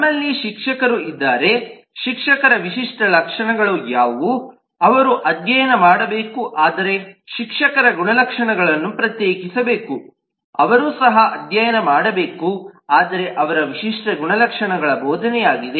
ನಮ್ಮಲ್ಲಿ ಶಿಕ್ಷಕರು ಇದ್ದಾರೆ ಶಿಕ್ಷಕರ ವಿಶಿಷ್ಟ ಲಕ್ಷಣಗಳು ಯಾವುವು ಅವರು ಅಧ್ಯಯನ ಮಾಡಬೇಕು ಆದರೆ ಶಿಕ್ಷಕರ ಗುಣಲಕ್ಷಣಗಳನ್ನು ಪ್ರತ್ಯೇಕಿಸಬೇಕು ಅವರು ಸಹ ಅಧ್ಯಯನ ಮಾಡಬೇಕು ಆದರೆ ಅವರ ವಿಶಿಷ್ಟ ಗುಣಲಕ್ಷಣ ಬೋಧನೆಯಾಗಿದೆ